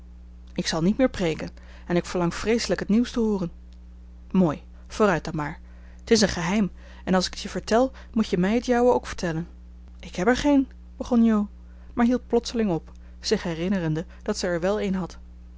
ik zal niet meer preeken en ik verlang vreeselijk het nieuws te hooren mooi vooruit dan maar t is een geheim en als ik t je vertel moet je mij het jouwe ook vertellen ik heb er geen begon jo maar hield plotseling op zich herinnerende dat ze er wel een had